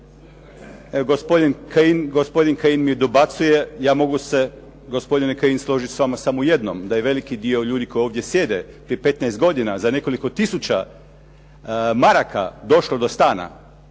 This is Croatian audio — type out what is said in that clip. Gospodin Kajin mi dobacuje. Ja mogu se gospodine Kajin s vama složiti samo u jednom, da je veliki dio ljudi koji ovdje sjede prije 15 godina za nekoliko tisuća maraka došlo do stana,